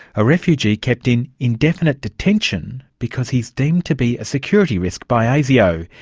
a refugee kept in indefinite detention because he's deemed to be a security risk by asio.